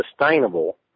sustainable